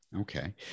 Okay